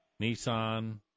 Nissan